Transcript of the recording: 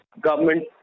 government